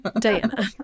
Diana